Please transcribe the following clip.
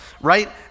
right